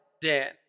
Dan